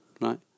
right